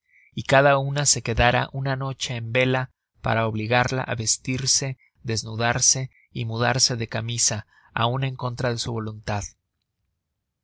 y cada una se quedara una noche en vela para obligarla á vestirse desnudarse y mudarse de camisa aun en contra de su voluntad